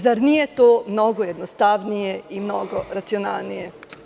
Zar nije to mnogo jednostavnije i mnogo racionalnije?